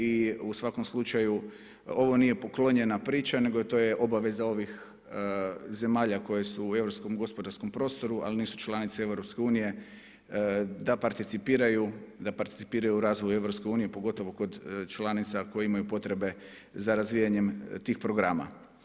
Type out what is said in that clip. I u svakom slučaju ovo nije poklonjena priča nego to je obaveza ovih zemalja koje su u europskom gospodarskom prostoru ali nisu članice EU da participiraju, da participiraju razvoju EU, pogotovo kod članica koje imaju potrebe za razvijanjem tih programa.